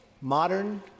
modern